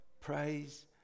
Praise